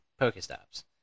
Pokestops